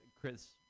Chris